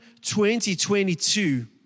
2022